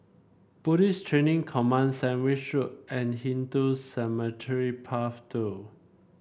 Police Training Command Sandwich Road and Hindu Cemetery Path Two